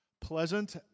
pleasant